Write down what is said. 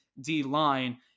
D-line